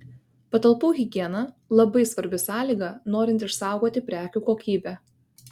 patalpų higiena labai svarbi sąlyga norint išsaugoti prekių kokybę